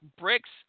bricks